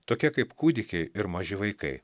tokia kaip kūdikiai ir maži vaikai